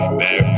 back